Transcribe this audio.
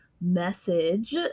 message